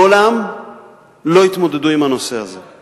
מעולם לא התמודדו עם הנושא הזה.